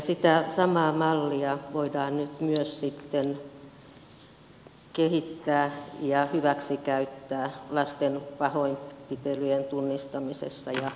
sitä samaa mallia voidaan nyt myös sitten kehittää ja hyväksikäyttää lasten pahoinpitelyjen tunnistamisessa ja ennaltaehkäisyssä